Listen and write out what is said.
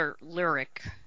Lyric